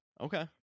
Okay